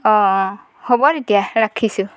অঁ অঁ হ'ব তেতিয়া ৰাখিছো